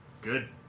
good